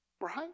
right